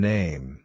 Name